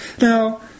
Now